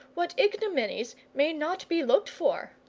what ignominies, may not be looked for?